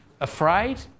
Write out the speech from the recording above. afraid